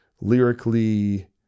lyrically